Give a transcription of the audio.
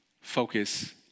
focus